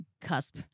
cusp